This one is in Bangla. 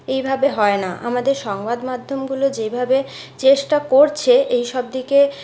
এইভাবে হয় না আমাদের সংবাদ মাধ্যমগুলো যেভাবে চেষ্টা করছে এই সব দিকে